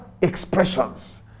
expressions